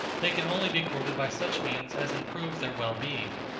they can only be courted by such means as improve their well-being,